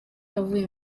avuye